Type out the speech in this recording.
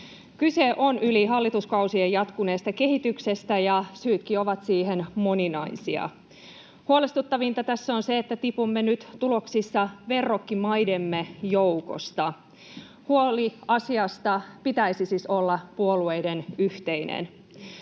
Kyse on yli hallituskausien jatkuneesta kehityksestä, ja syytkin ovat siihen moninaisia. Huolestuttavinta tässä on se, että tipumme nyt tuloksissa verrokkimaidemme joukosta. Huoli asiasta pitäisi siis olla puolueiden yhteinen.